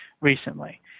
recently